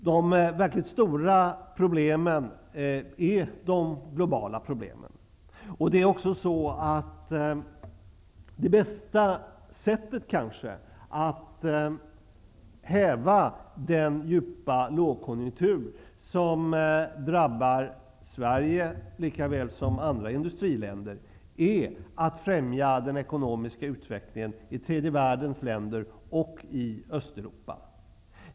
De verkligt stora problemen är de globala problemen. Det bästa sättet att häva den djupa lågkonjunktur som drabbar Sverige likaväl som andra industriländer är kanske att främja den ekonomiska utvecklingen i tredje världens länder och i Östeuropa.